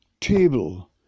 table